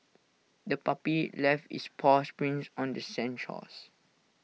the puppy left its paw prints on the sandy shores